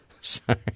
Sorry